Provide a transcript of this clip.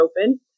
open